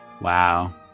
Wow